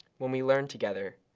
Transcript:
when we learn together,